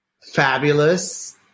fabulous